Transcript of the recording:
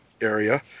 area